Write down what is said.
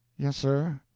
yes, sir.